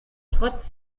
trotz